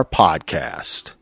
podcast